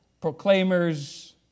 proclaimers